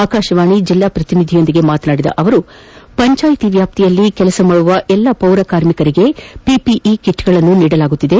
ಆಕಾಶವಾಣಿ ಜಿಲ್ಲಾ ಪ್ರತಿನಿಧಿಯೊಂದಿಗೆ ಮಾತನಾಡಿದ ಅವರು ಪಂಚಾಯಿತಿ ವ್ಯಾಪ್ತಿಯಲ್ಲಿ ಕಾರ್ಯನಿರ್ವಹಿಸುತ್ತಿರುವ ಎಲ್ಲ ಪೌರ ಕಾರ್ಮಿಕರಿಗೆ ಪಿಪಿಇ ಕಿಟ್ಗಳನ್ನು ನೀಡಲಾಗುತ್ತಿದೆ